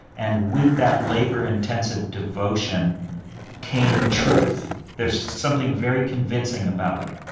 and with that labor intensive devotion came truth there's something very convincing about it.